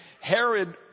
herod